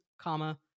comma